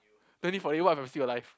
twenty forty what if I'm still alive